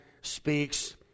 speaks